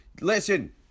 listen